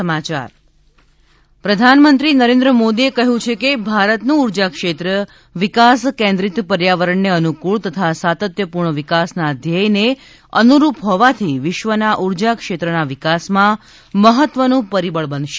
ત પ્રધાનમંત્રી નરેન્દ્ર મોદીએ કહ્યું છે કે ભારતનું ઉર્જા ક્ષેત્ર વિકાસ કેન્દ્રિત પર્યાવરણને અનુકૂળ તથા સાતત્યપૂર્ણ વિકાસના ધ્યેયને અનુરૂપ હોવાથી વિશ્વના ઉર્જા ક્ષેત્રના વિકાસમાં મહત્વનું પરિબળ બનશે